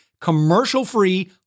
commercial-free